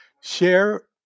share